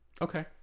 Okay